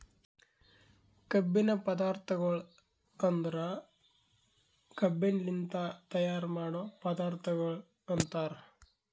ಕಬ್ಬಿನ ಪದಾರ್ಥಗೊಳ್ ಅಂದುರ್ ಕಬ್ಬಿನಲಿಂತ್ ತೈಯಾರ್ ಮಾಡೋ ಪದಾರ್ಥಗೊಳ್ ಅಂತರ್